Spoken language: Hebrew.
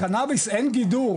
קנאביס אין גידור,